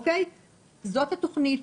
זאת התוכנית,